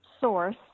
source